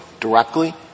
directly